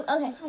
Okay